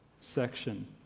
section